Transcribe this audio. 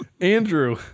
Andrew